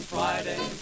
Friday